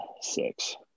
six